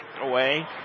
away